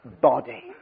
body